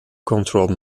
controlled